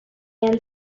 man